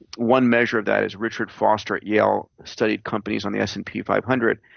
one measure of that is richard foster at yale studied companies on the s and p five hundred,